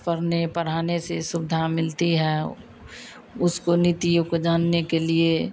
पढ़ने पढ़ाने से सुविधा मिलती है उसकी नीतियों को जानने के लिए